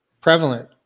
prevalent